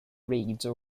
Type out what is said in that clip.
reed